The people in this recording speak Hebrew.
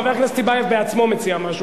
חבר הכנסת טיבייב בעצמו מציע משהו,